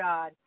God